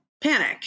panic